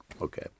Okay